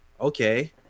okay